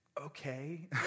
okay